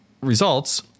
results